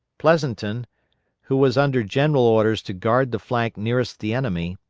pleasonton, who was under general orders to guard the flank nearest the enemy,